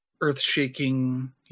earth-shaking